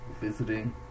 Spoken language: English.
visiting